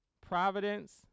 Providence